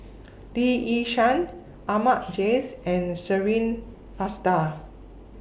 Lee Yi Shyan Ahmad Jais and Shirin Fozdar